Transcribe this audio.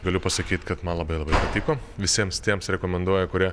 galiu pasakyt kad man labai labai patiko visiems tiems rekomenduoju kurie